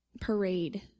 parade